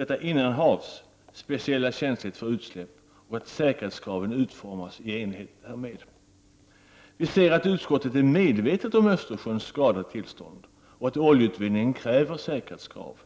detta innanhavs speciella känslighet för utsläpp samt att säkerhetskraven utformas i enlighet härmed. Vi ser att utskottet är medvetet om Östersjöns skadade tillstånd och att oljeutvinningen kräver säkerhetsåtgärder.